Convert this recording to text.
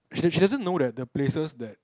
she she doesn't know that the places that